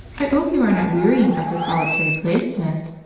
i ope you are not wearying of this solitary place, miss?